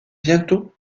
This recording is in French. bientôt